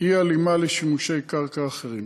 ואי-הלימה לשימושי קרקע אחרים.